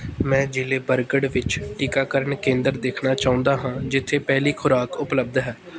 ਮੈਂ ਜ਼ਿਲੇ ਬਰਗੜ੍ਹ ਵਿੱਚ ਟੀਕਾਕਰਨ ਕੇਂਦਰ ਦੇਖਣਾ ਚਾਹੁੰਦਾ ਹਾਂ ਜਿੱਥੇ ਪਹਿਲੀ ਖੁਰਾਕ ਉਪਲੱਬਧ ਹੈ